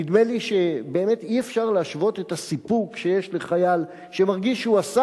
נדמה לי שבאמת אי-אפשר להשוות את הסיפוק שיש לחייל שמרגיש שהוא עשה